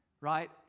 right